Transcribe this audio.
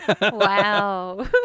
Wow